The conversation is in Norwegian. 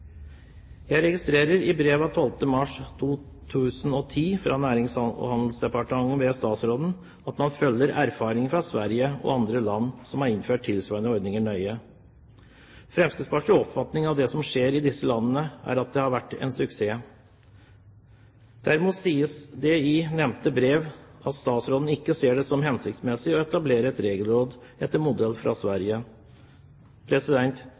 Jeg registrerer i brev av 12. mars 2010 fra Nærings- og handelsdepartementet ved statsråden at man følger erfaringer fra Sverige og andre land som har innført tilsvarende ordninger, nøye. Fremskrittspartiets oppfatning av det som skjer i disse landene, er at det har vært en suksess. Derimot sies det i nevnte brev at statsråden ikke ser det som hensiktsmessig å etablere et regelråd etter modell fra